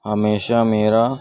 ہمیشہ میرا